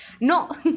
no